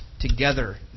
together